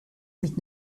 mit